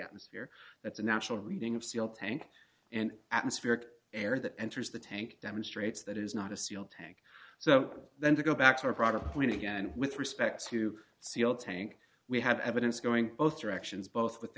atmosphere that's a natural reading of seal tank and atmospheric air that enters the tank demonstrates that is not a sealed tank so then to go back to our product point again with respect to seal tank we have evidence going both directions both with the